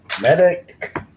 Medic